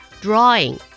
Drawing